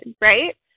right